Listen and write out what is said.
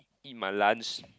eat my lunch